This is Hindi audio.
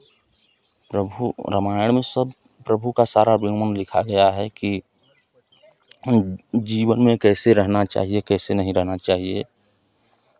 प्रभु रामायण में सब प्रभु का सारा विवरण लिखा गया है कि जीवन में कैसे रहना चाहिए कैसे नहीं रहना चाहिए